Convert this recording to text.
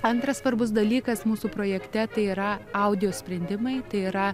antras svarbus dalykas mūsų projekte tai yra audio sprendimai tai yra